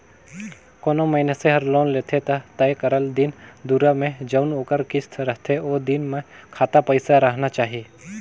कोनो मइनसे हर लोन लेथे ता तय करल दिन दुरा में जउन ओकर किस्त रहथे ओ दिन में खाता पइसा राहना चाही